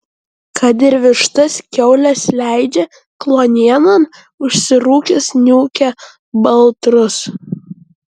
kad ir vištas kiaules leidžia kluonienon užsirūkęs niūkia baltrus